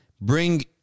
bring